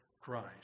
Christ